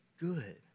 good